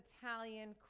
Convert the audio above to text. Italian